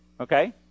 okay